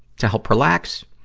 to help relax,